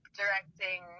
directing